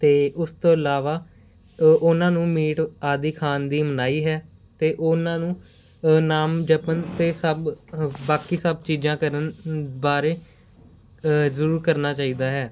ਅਤੇ ਉਸ ਤੋਂ ਇਲਾਵਾ ਅ ਉਹਨਾਂ ਨੂੰ ਮੀਟ ਆਦਿ ਖਾਣ ਦੀ ਮਨਾਹੀ ਹੈ ਅਤੇ ਉਹਨਾਂ ਨੂੰ ਨਾਮ ਜਪਣ ਅਤੇ ਸਭ ਬਾਕੀ ਸਭ ਚੀਜ਼ਾਂ ਕਰਨ ਨ ਬਾਰੇ ਜ਼ਰੂਰ ਕਰਨਾ ਚਾਹੀਦਾ ਹੈ